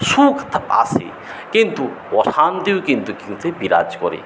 সুখ আসে কিন্তু অশান্তিও কিন্তু কিন্তু বিরাজ করে